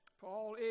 Paul